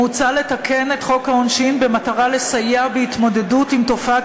מוצע לתקן את חוק העונשין במטרה לסייע בהתמודדות עם תופעת